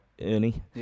Ernie